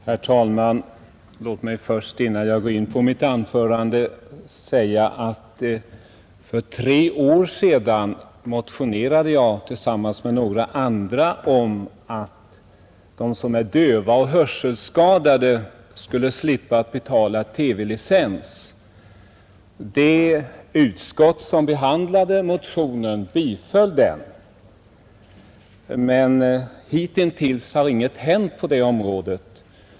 Herr talman! Låt mig, innan jag börjar mitt egentliga anförande, säga att för tre år sedan motionerade jag tillsammans med några andra om att de som är döva och hörselskadade skulle slippa betala TV-licens. Det utskott som behandlade motionen biträdde den, men hitintills har inget hänt på det området.